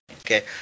Okay